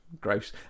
Gross